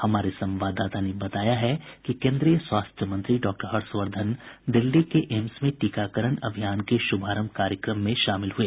हमारे संवाददाता ने बताया है कि केन्द्रीय स्वास्थ्य मंत्री डॉक्टर हर्षवर्धन दिल्ली के एम्स में टीकाकरण अभियान के शुभारंभ कार्यक्रम में शामिल हुए